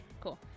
cool